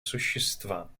существа